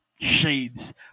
shades